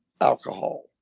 alcohol